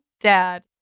dad